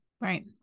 right